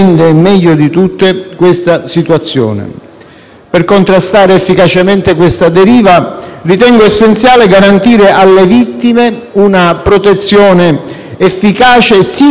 Per contrastare efficacemente questa deriva ritengo essenziale garantire alle vittime una protezione efficace sin dai primi atti penalmente rilevanti.